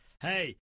Hey